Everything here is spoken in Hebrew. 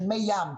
מי ים,